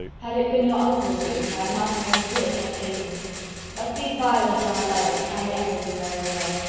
had it been your uncle's doing, i must and would have paid him but these violent young lovers carry every thing their own way.